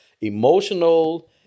emotional